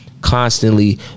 Constantly